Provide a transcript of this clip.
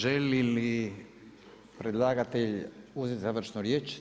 Želi li predlagatelj uzet završnu riječ?